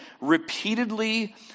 repeatedly